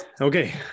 okay